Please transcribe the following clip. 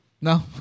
No